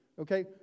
okay